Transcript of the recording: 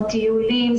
כמו טיולים,